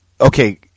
Okay